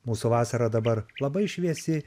mūsų vasara dabar labai šviesi